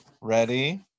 Ready